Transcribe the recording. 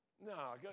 No